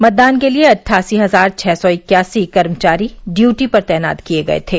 मतदान के लिये अट्ठासी हजार छह सौ इक्यासी कर्मचारी ड्यूटी पर तैनात किये गये थे